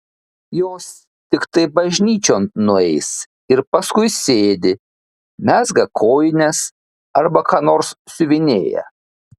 jos tiktai bažnyčion nueis ir paskui sėdi mezga kojines arba ką nors siuvinėja